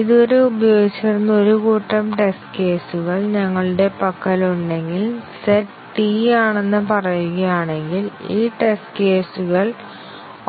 ഇതുവരെ ഉപയോഗിച്ചിരുന്ന ഒരു കൂട്ടം ടെസ്റ്റ് കേസുകൾ ഞങ്ങളുടെ പക്കലുണ്ടെങ്കിൽ സെറ്റ് T ആണെന്ന് പറയുകയാണെങ്കിൽ ഈ ടെസ്റ്റ് കേസുകൾ